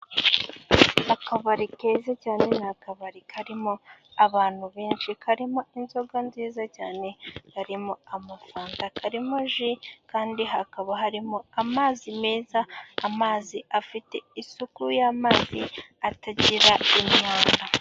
Akabari keza cyane, ni akabari karimo abantu benshi, karimo inzoga nziza cyane, karimo amafaranga, karimo ji kandi hakaba harimo amazi meza. Amazi afite isuku ya mazi atagira imyanda.